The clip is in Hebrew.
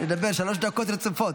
לדבר שלוש דקות רצופות.